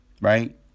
right